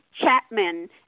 Chapman